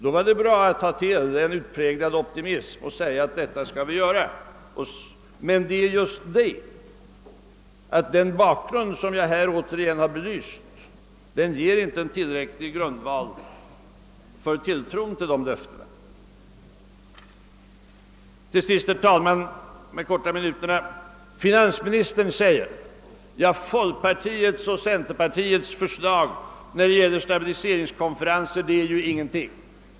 Då tyckte ni det var bra att visa en utpräglad optimism och säga: Detta skall vi göra. På samma sätt nu. Men den bakgrund jag har belyst ger inte en tillräcklig grundval för tilltro till sådana löften. Finansministern säger: Folkpartiets och centerpartiets förslag när det gäller stabiliseringskonferenser kan ju inte leda till något.